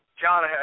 John